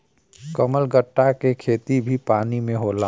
कमलगट्टा के खेती भी पानी में होला